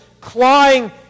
clawing